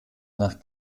nach